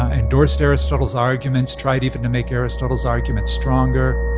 ah endorsed aristotle's arguments, tried even to make aristotle's arguments stronger.